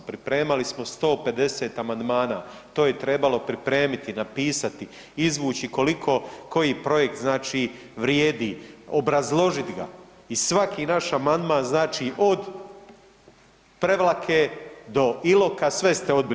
Pripremali smo 150 amandmana to je trebalo pripremiti, napisati, izvući koliko koji projekt znači vrijedi, obrazložit ga i svaki naš amandman znači od Prevlake do Iloka sve ste odbili.